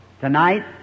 Tonight